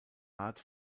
art